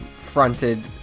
fronted